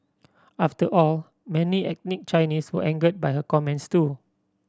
after all many ethnic Chinese were angered by her comments too